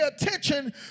attention